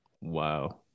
Wow